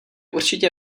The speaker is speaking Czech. určitě